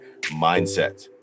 mindset